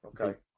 Okay